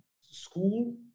school